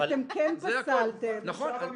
אבל אתם כן פסלתם- -- זה הכול.